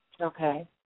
Okay